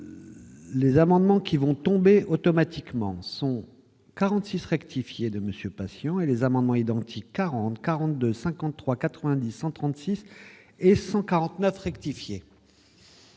les amendements qui vont. Tomber automatiquement son 46 rectifier de monsieur passion et les amendements identiques 40 42 53 90 136 et 149 rectifier.